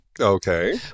Okay